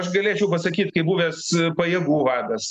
aš galėčiau pasakyt kaip buvęs pajėgų vadas